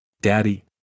Daddy